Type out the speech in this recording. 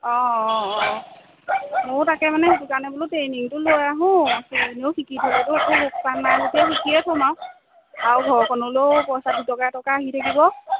অঁ অঁ অঁ ময়ো তাকে মানে সেইকাৰণে বোলো ট্ৰেইনিংটো লৈ আহোঁ আছে এনেও শিকি থ'লেতো একো লোকচান নাই গোটেই শিকিয়ে থ'ম আৰু ঘৰখনলৈও পইচা দুটকা এটকা আহি থাকিব